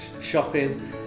shopping